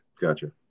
Gotcha